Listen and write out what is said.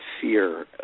fear